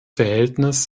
verhältnis